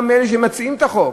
גם מקרב אלה שמציעים את החוק,